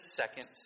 second